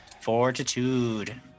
Fortitude